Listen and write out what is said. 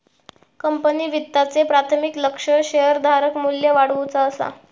company वित्ताचे प्राथमिक लक्ष्य शेअरधारक मू्ल्य वाढवुचा असा